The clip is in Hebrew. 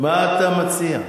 מה אתה מציע?